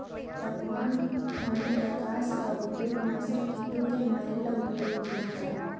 तापमान ठण्ड प्रकास का उपयोग नाशक कीटो के मारे ला उपयोग होला का?